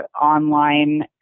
online